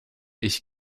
ich